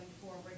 forward